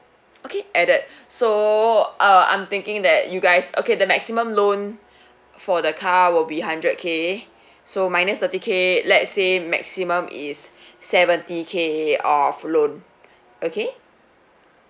okay added so uh I'm thinking that you guys okay the maximum loan for the car will be a hundred K so minus thirty K let's say maximum is seventy K of loan okay